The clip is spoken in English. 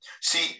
See